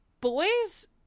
Boys